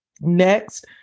Next